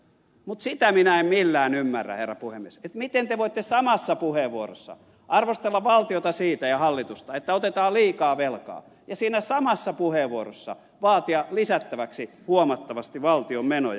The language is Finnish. mutta sitä minä en millään ymmärrä herra puhemies miten te voitte samassa puheenvuorossa arvostella valtiota ja hallitusta siitä että otetaan liikaa velkaa ja siinä samassa puheenvuorossa vaatia lisättäväksi huomattavasti valtion menoja